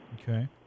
Okay